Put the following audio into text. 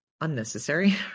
Unnecessary